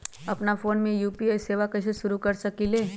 अपना फ़ोन मे यू.पी.आई सेवा कईसे शुरू कर सकीले?